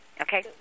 Okay